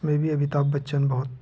इसमें भी अमिताभ बच्चन बहुत